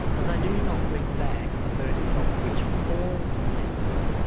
but they do not bring back a verdict of which form of manslaughter.